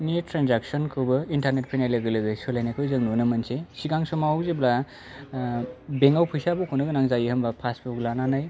नि ट्रेनजेक्सनखौबो इन्टारनेट फैनाय लोगो लोगो सोलायनायखौ जों नुनो मोनसै सिगां समाव जेब्ला बेंकआव फैसा बख'नो गोनां जायो होम्बा पासबुक लानानै